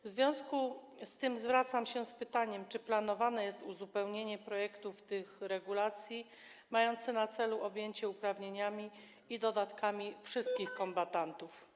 W związku z tym zwracam się z pytaniem: Czy planowane jest uzupełnienie projektów tych regulacji mające na celu objęcie uprawnieniami i dodatkami wszystkich kombatantów?